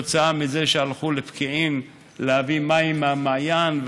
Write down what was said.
כתוצאה מכך שהלכו לפקיעין להביא מים מהמעיין,